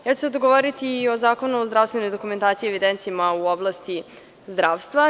Ja ću sada govoriti i o Zakonu o zdravstvenoj dokumentaciji i evidencijama u oblasti zdravstva.